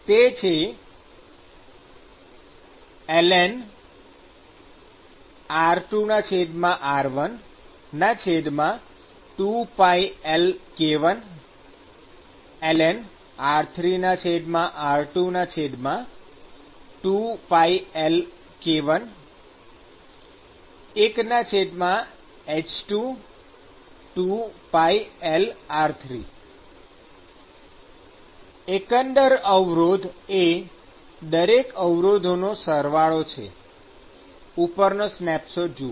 તે છે ln r2r1 2πLk1ln r3r2 2πLk11h22πLr3 એકંદર અવરોધ એ દરેક અવરોધોનો સરવાળો છે ઉપરનો સ્નેપશૉટ જુઓ